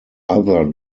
other